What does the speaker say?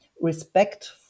respect